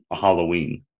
Halloween